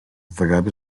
zagabria